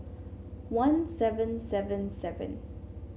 one seven seven seven